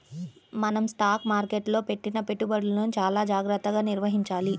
మనం స్టాక్ మార్కెట్టులో పెట్టిన పెట్టుబడులను చానా జాగర్తగా నిర్వహించాలి